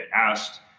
asked